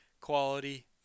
quality